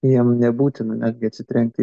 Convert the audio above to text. jiem nebūtina netgi atsitrenkti